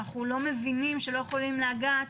אנו לא מבינים שלא יכולים לומר: